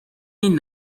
این